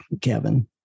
Kevin